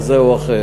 כזה או אחר.